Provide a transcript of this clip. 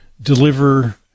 deliver